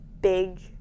big